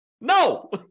No